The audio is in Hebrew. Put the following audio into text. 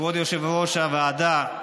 וכבוד יושב-ראש הוועדה,